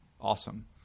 awesome